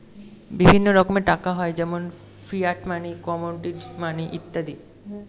বিভিন্ন রকমের টাকা হয় যেমন ফিয়াট মানি, কমোডিটি মানি ইত্যাদি